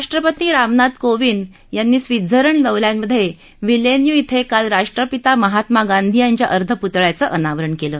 राष्ट्रपती रामनाथ कोविंद यांनी स्वित्झर्लंड दौ यामधे व्हिलेन्यू इथं काल राष्ट्रपिता महात्मा गांधी यांच्या अर्धपुतळ्याचं अनावरण केलं